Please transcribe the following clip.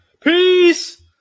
Peace